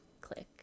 click